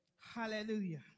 Hallelujah